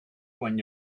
when